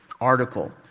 article